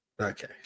Okay